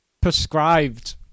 prescribed